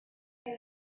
they